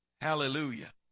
Hallelujah